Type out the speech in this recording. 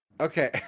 Okay